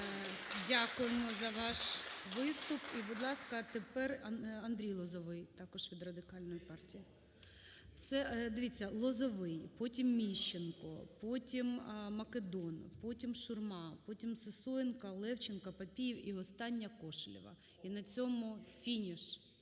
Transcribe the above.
Дякуємо за ваш виступ. І, будь ласка, тепер Андрій Лозовой також від Радикальної партії. Дивіться, Лозовой, потім Міщенко, потім Македон, потім Шурма, потім Сисоєнко, Левченко, Папієв і остання Кошелєва. І на цьому фініш,